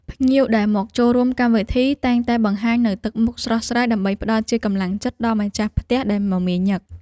ភ្ញៀវដែលមកចូលរួមកម្មវិធីតែងតែបង្ហាញនូវទឹកមុខស្រស់ស្រាយដើម្បីផ្តល់ជាកម្លាំងចិត្តដល់ម្ចាស់ផ្ទះដែលមមាញឹក។